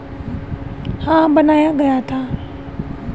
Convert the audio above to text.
वित्तीय जोखिम से बचने के लिए एक विशेष क्लासिफ़ायर बनाया गया था